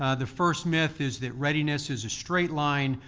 ah the first myth is that readiness is a straight line.